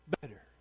better